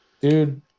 dude